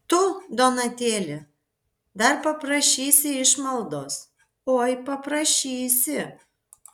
tu donatėli dar paprašysi išmaldos oi paprašysi